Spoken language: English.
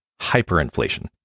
hyperinflation